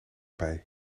bij